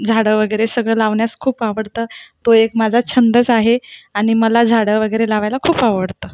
झाडंं वगैरे सगळं लावण्यास खूप आवडतं तो एक माझा छंदच आहे आणि मला झाडं वगैरे लावायला खूप आवडतं